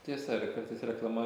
tiesa ir kartais reklama